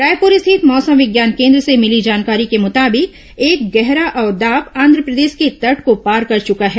रायपुर स्थित मौसम विज्ञान केन्द्र से मिली जानकारी के मुताबिक एक गहरा अवदाब आंध्रप्रदेश के तट को पार कर चुका है